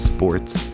Sports